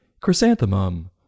Chrysanthemum